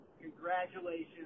congratulations